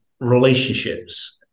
relationships